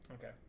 okay